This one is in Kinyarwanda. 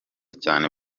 cyane